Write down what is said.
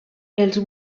els